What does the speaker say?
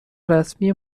رسمی